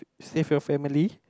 save your family